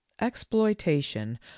exploitation